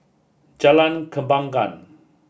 Jalan Kembangan